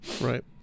Right